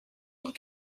and